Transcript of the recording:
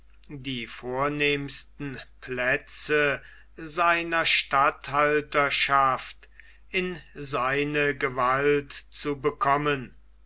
die vornehmsten plätze seiner statthalterschaft in seine gewalt zu bekommen